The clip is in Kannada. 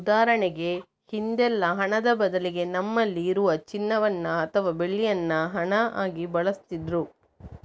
ಉದಾಹರಣೆಗೆ ಹಿಂದೆಲ್ಲ ಹಣದ ಬದಲಿಗೆ ನಮ್ಮಲ್ಲಿ ಇರುವ ಚಿನ್ನವನ್ನ ಅಥವಾ ಬೆಳ್ಳಿಯನ್ನ ಹಣ ಆಗಿ ಬಳಸ್ತಿದ್ರು